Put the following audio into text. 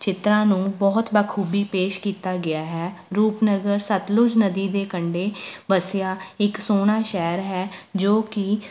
ਚਿੱਤਰਾਂ ਨੂੰ ਬਹੁਤ ਬਾਖੂਬੀ ਪੇਸ਼ ਕੀਤਾ ਗਿਆ ਹੈ ਰੂਪਨਗਰ ਸਤਲੁਜ ਨਦੀ ਦੇ ਕੰਢੇ ਵਸਿਆ ਇੱਕ ਸੋਹਣਾ ਸ਼ਹਿਰ ਹੈ ਜੋ ਕਿ